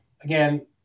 again